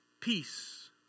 Peace